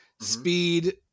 Speed